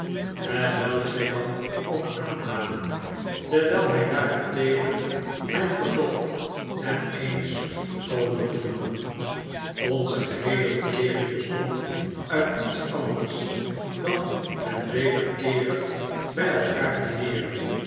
hetwelk zij dan ook aannamen terwijl hij daarentegen mij verzocht hem eens te komen bezoeken onze geheele verkeering bestond uit niets anders dan het wederkeerig bij elkaar dineeren